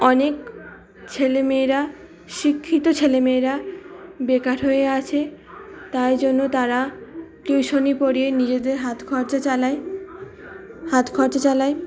অনেক ছেলেমেয়েরা শিক্ষিত ছেলেমেয়েরা বেকার হয়ে আছে তাই জন্য তারা টিউশনি পড়িয়ে নিজেদের হাত খরচা চালায় হাত খরচা চালায়